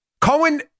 Cohen